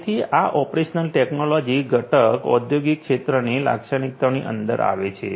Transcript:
તેથી આ operational technology ઘટક ઔદ્યોગિક ક્ષેત્રની લાક્ષણિકતાની અંદર આવે છે